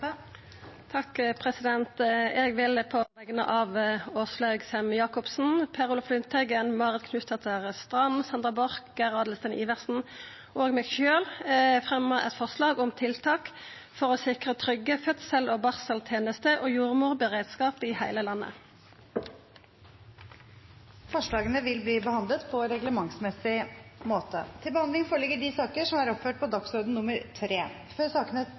vil på vegner av Åslaug Sem-Jacobsen, Per Olaf Lundteigen, Marit Knutsdatter Strand, Sandra Borch, Geir Adelsten Iversen og meg sjølv fremja eit forslag om tiltak for å sikra trygge fødsels- og barseltenester og jordmorberedskap i heile landet. Forslagene vil bli behandlet på reglementsmessig måte. Før sakene på dagens kart tas opp til behandling,